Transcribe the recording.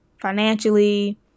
financially